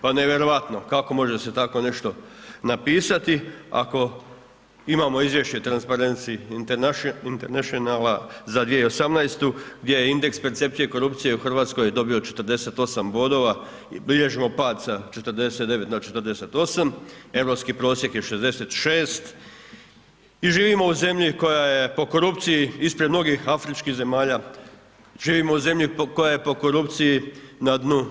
Pa nevjerojatno, kako može se tako nešto napisati ako imamo izvješće Transparency Internationala za 2018. gdje je indeks percepcije korupcije u Hrvatskoj dobio 48 bodova i bilježimo pad sa 49 na 48. europski prosjek je 66 i živimo u zemlji koja je po korupciji ispred mnogih afričkih zemalja, živimo u zemlji koja je po korupciji na dnu